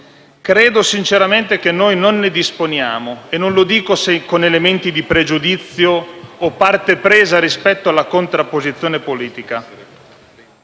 credo sinceramente che noi non ne disponiamo. Non lo dico sulla base di un pregiudizio o per parte presa rispetto alla contrapposizione politica;